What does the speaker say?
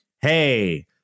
hey